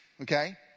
okay